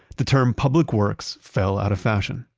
the term public works fell out of fashion.